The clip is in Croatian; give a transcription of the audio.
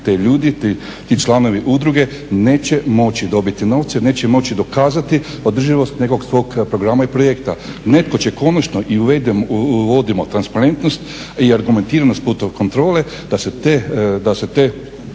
ti ljudi ti članovi udruge neće moći dobiti novce, neće moći dokazati održivost nekog svog programa i projekta. Netko će konačno i uvodimo transparentnost i argumentiranost putem kontrole da se te